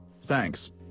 Thanks